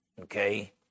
Okay